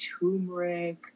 turmeric